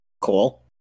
Cool